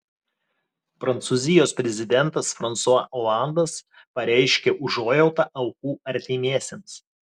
prancūzijos prezidentas fransua olandas pareiškė užuojautą aukų artimiesiems